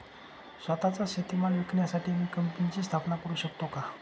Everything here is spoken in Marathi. स्वत:चा शेतीमाल विकण्यासाठी मी कंपनीची स्थापना करु शकतो का?